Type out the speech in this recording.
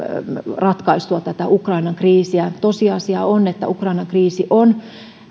ratkaistua ukrainan kriisiä tosiasia on että ukrainan kriisi on